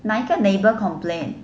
哪一个 neighbour complain